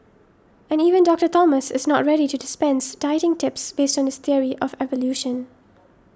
and even Doctor Thomas is not ready to dispense dieting tips based on this theory of evolution